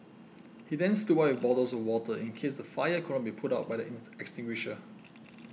he then stood by with bottles of water in case the fire could not be put out by the extinguisher